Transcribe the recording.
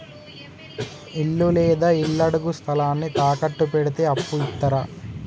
ఇల్లు లేదా ఇళ్లడుగు స్థలాన్ని తాకట్టు పెడితే అప్పు ఇత్తరా?